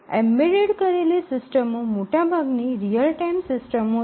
embedded કરેલી સિસ્ટમો મોટાભાગની રીઅલ ટાઇમ સિસ્ટમો છે